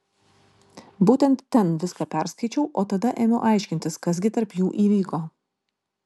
būtent ten viską perskaičiau o tada ėmiau aiškintis kas gi tarp jų įvyko